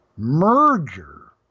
Merger